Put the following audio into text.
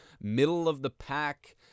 middle-of-the-pack